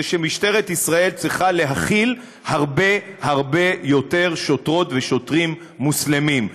זה שמשטרת ישראל צריכה להכיל הרבה הרבה יותר שוטרות ושוטרים מוסלמים.